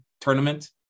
tournament